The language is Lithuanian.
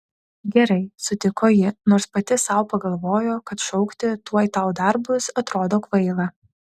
gerai sutiko ji nors pati sau pagalvojo kad šaukti tuoj tau dar bus atrodo kvaila